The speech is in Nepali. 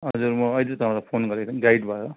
हजुर म अहिले तपाईँलाई फोन गरेको नि गाइड भएर